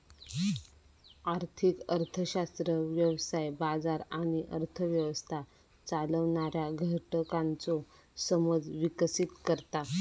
आर्थिक अर्थशास्त्र व्यवसाय, बाजार आणि अर्थ व्यवस्था चालवणाऱ्या घटकांचो समज विकसीत करता